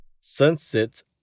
Sunset